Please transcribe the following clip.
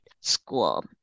school